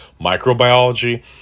microbiology